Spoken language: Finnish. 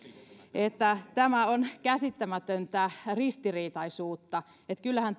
tämä on käsittämätöntä ristiriitaisuutta ja kyllähän